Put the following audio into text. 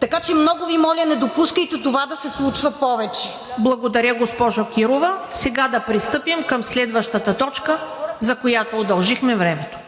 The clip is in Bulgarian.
Така че много Ви моля, не допускайте това да се случва повече. ПРЕДСЕДАТЕЛ ТАТЯНА ДОНЧЕВА: Благодаря, госпожо Кирова. Сега да пристъпим към следващата точка, за която удължихме времето: